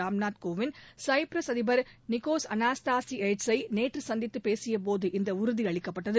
Ramnath Kovind Cyprus அதிபர் Nicos அனஸ்தேசியேட்சைநேற்றுசந்தித்துப் பேசியபோது இந்தஉறுதிஅளிக்கப்பட்டது